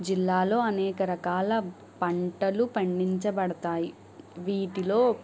జిల్లాలో అనేక రకాల పంటలు పండించబడతాయి వీటిలో